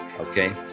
okay